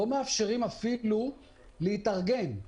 לא מאפשרים אפילו להתארגן,